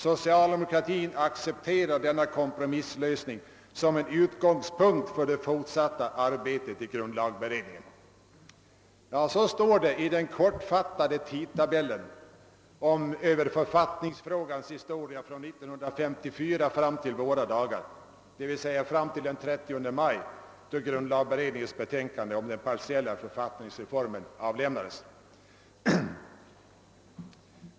Socialdemokraterna accepterar denna kompromisslösning som en utgångspunkt för det fortsatta arbetet i grundlagberedningen.» Så står det i den kortfattade tidtabellen över författningsfrågans historia från 1954 fram till våra dagar, d.v.s. fram till den 30 maj, då grundlagberedningens betänkande om den partiella författningsreformen avlämnades.